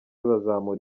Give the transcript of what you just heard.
bazamura